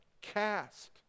Cast